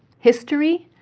history,